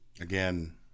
Again